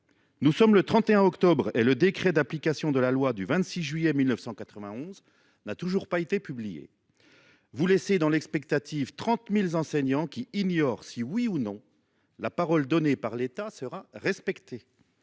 Nous sommes le 31 octobre 2023, et le décret d’application de la loi du 26 juillet 1991 n’a toujours pas été publié. Vous laissez dans l’expectative 30 000 enseignants, qui ignorent si, oui ou non, la parole donnée par l’État sera respectée